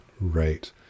Right